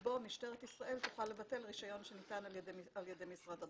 בה משטרת ישראל תוכל לבטל רישיון שניתן על ידי משרד הבריאות,